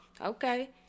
okay